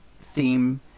theme